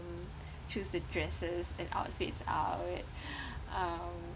um choose the dresses and outfits uh all that um